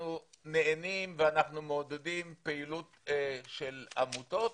אנחנו מעודדים פעילות של עמותות